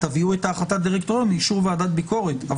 תביאו את החלטת דירקטוריון באישור ועדת ביקורת.